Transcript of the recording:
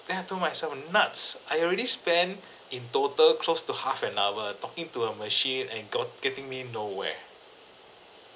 then I told myself nuts I already spent in total close to half an hour talking to a machine and got getting me nowhere